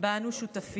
שבה אנו שותפים.